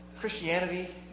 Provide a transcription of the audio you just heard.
Christianity